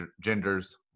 genders